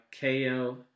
KO